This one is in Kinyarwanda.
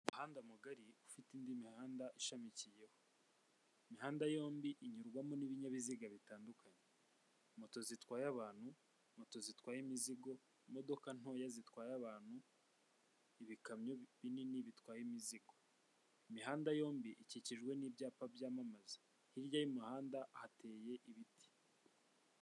Umuhanda mugari ufite indi mihanda ishamikiyeho, imihanda yombi inyurwamo n'ibinyabiziga bitandukanye, moto zitwaye abantu ,moto zitwaye imizigo, imodoka ntoya zitwaye abantu, ibikamyo binini bitwaye imizigo. Imihanda yombi ikikijwe n'ibyapa byamamaza , hirya y'imihanda hateye ibiti.